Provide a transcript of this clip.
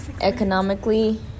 economically